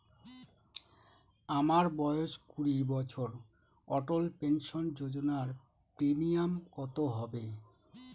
আমার বয়স কুড়ি বছর অটল পেনসন যোজনার প্রিমিয়াম কত হবে?